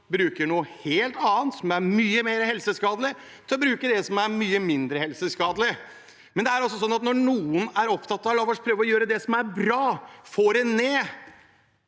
bruker noe helt annet som er mye mer helseskadelig, til å bruke det som er mye mindre helseskadelig. Når noen er opptatt av at vi skal prøve å gjøre det som er bra, få ned